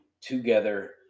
together